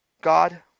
God